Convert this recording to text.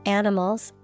animals